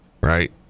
Right